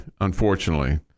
Unfortunately